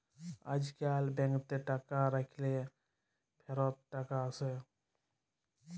আইজকাল ব্যাংকেতে টাকা রাইখ্যে ফিরত টাকা আসে